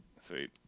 sweet